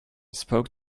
spoke